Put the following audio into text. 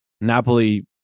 Napoli